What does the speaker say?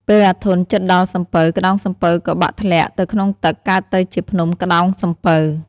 ពេលអាធន់ជិតដល់សំពៅ ក្ដោងសំពៅក៏បាក់ធ្លាក់ទៅក្នុងទឹក កើតទៅជា ភ្នំក្ដោងសំពៅ។